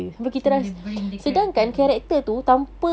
pasal dia dah bring the character tu